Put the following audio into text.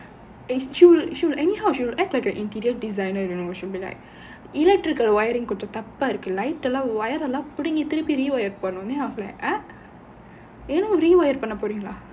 it's true she will anyhow you act like a interior designer you know she will be like electrical wiring கொஞ்சம் தப்பா இருக்கு:konjam thappa irukku light லாம்:laam wire லாம் புடுங்கி திருப்பி:laam pudungi thiruppi rewire பண்ணணும் என்னது:pannanum ennathu rewire பண்ண போறீங்களா:panna poreengalaa